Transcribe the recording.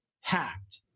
hacked